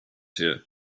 here